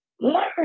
Learn